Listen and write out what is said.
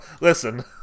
listen